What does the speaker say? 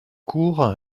cour